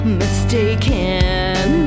mistaken